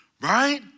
right